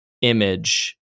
image